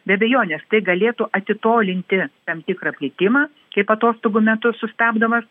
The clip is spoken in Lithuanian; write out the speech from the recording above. be abejonės tai galėtų atitolinti tam tikrą plitimą kaip atostogų metu sustabdomas